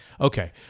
Okay